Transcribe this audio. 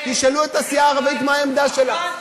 תשאלו את הסיעה הערבית מה העמדה שלה.